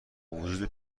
وجود